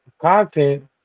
content